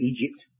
Egypt